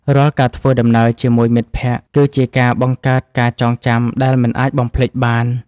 រាល់ការធ្វើដំណើរជាមួយមិត្តភក្តិ គឺជាការបង្កើតការចងចាំដែលមិនអាចបំភ្លេចបាន។